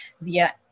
via